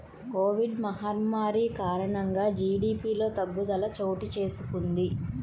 Covid మహమ్మారి కారణంగా జీడీపిలో తగ్గుదల చోటుచేసుకొంది